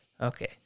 Okay